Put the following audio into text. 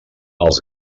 els